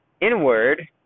inward